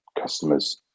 customers